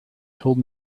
told